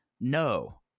No